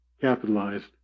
Capitalized